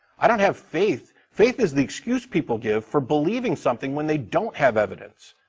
i don't have faith. faith is the excuse people give for believing something when they don't have evidence.